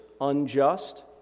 unjust